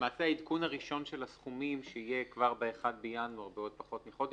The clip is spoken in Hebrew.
למעשה העדכון הראשון של הסכומים שיהיה כבר ב-1 בינואר בעוד פחות מחודש,